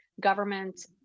government